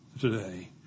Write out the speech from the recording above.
today